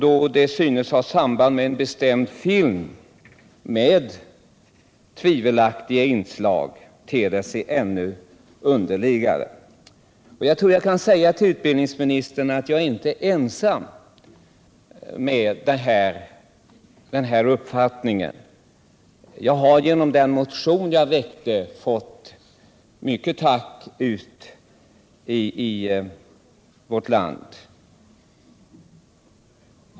Och när nu detta synes ha = Barns tillträde till samband med en bestämd film med tvivelaktiga inslag, så ter det sig = biografföreställännu underligare. ningar Jag tror att jag kan säga till utbildningsministern att jag inte är ensam om denna uppfattning. Den motion jag väckt i denna fråga har rönt stor uppskattning från många håll i vårt land.